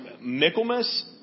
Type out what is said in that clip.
Michaelmas